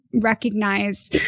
recognize